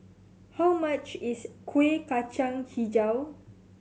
how much is Kuih Kacang Hijau